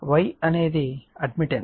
కాబట్టి Y అనేది admittance